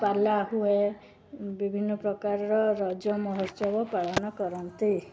ପାଲାହୁଏ ବିଭିନ୍ନ ପ୍ରକାରର ରଜ ମହୋତ୍ସବ ପାଳନ କରନ୍ତି